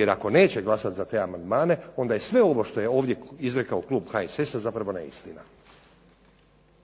jer ako neće glasati za te amandmane, onda je sve ovo što je ovdje izrekao klub HSS-a zapravo neistina.